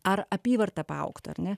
ar apyvarta paaugtų ar ne